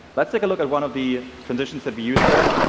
let's take a look at one of the transitions that we used there.